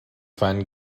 feinen